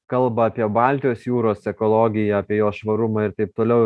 kalba apie baltijos jūros ekologiją apie jos švarumą ir taip toliau